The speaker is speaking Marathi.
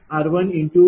64460